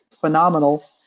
phenomenal